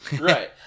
Right